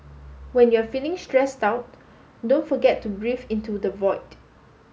when you are feeling stressed out don't forget to breathe into the void